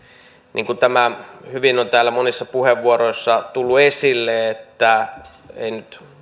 niin kuin hyvin on täällä monissa puheenvuoroissa tullut esille tämä ei nyt